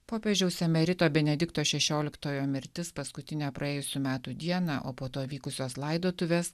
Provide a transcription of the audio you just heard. popiežiaus emerito benedikto šešioliktojo mirtis paskutinę praėjusių metų dieną o po to vykusios laidotuvės